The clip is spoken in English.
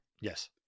Yes